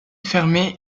fermée